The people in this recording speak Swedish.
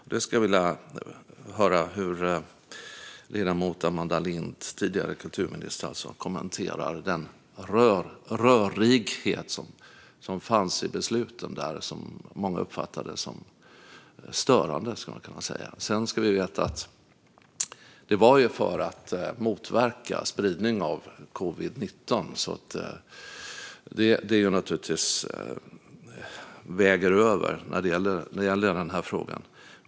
Jag skulle vilja höra hur ledamoten Amanda Lind, tidigare kulturminister, kommenterar den rörighet som fanns i besluten och som många uppfattade som störande. Sedan ska vi veta att avsikten var att motverka spridning av covid-19, vilket naturligtvis väger över när det gäller den här frågan.